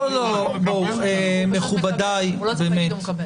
מכובדיי, באמת.